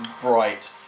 bright